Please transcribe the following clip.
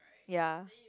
ya